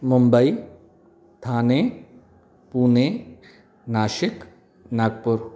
Mumbai Thane Pune Nashik Nagpur